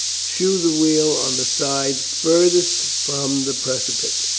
shoe the wheel on the side furthest from the precipice.